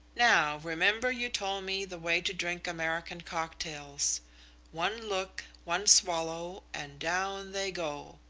now, remember you told me the way to drink american cocktails one look, one swallow, and down they go.